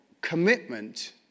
commitment